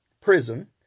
prison